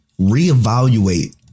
reevaluate